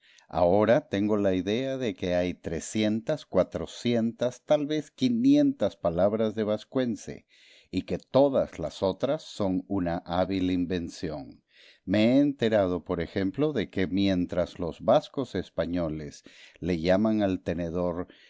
ahora tengo la idea de que hay trescientas cuatrocientas tal vez quinientas palabras de vascuence y que todas las otras son una hábil invención me he enterado por ejemplo de que mientras los vascos españoles le llaman al tenedor